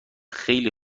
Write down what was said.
خیلی